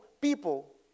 people